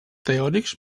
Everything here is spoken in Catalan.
teòrics